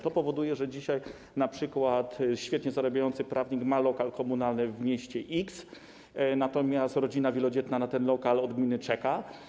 To powoduje, że dzisiaj np. świetnie zarabiający prawnik ma lokal komunalny w mieście X, natomiast rodzina wielodzietna na ten lokal od gminy czeka.